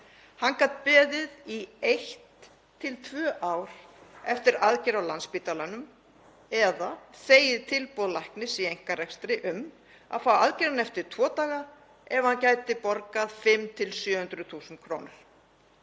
Hann gat beðið í eitt til tvö ár eftir aðgerð á Landspítalanum eða þegið tilboð læknis í einkarekstri um að fá aðgerðina eftir tvo daga ef hann gæti borgað 500–700 þús. kr.